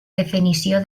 definició